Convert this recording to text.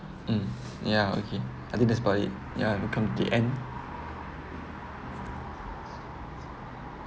mm ya okay I think that's about it yeah here come the end